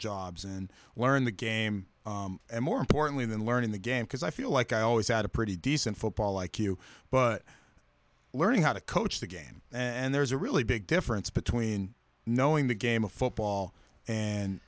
jobs and learn the game and more importantly than learning the game because i feel like i always had a pretty decent football i q but learning how to coach the game and there's a really big difference between knowing the game of football and